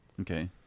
Okay